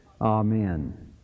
Amen